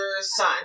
son